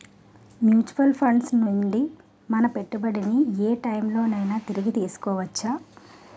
Mutual funds నుండి మన పెట్టుబడిని ఏ టైం లోనైనా తిరిగి తీసుకోవచ్చా?